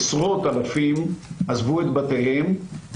עשרות אלפים עזבו את בתיהם,